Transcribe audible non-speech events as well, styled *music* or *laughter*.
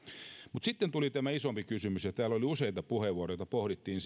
sitten tuli tämä isompi kysymys ja täällä oli useita puheenvuoroja joissa pohdittiin *unintelligible*